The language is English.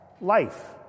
life